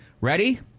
Ready